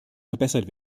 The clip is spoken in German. verbessert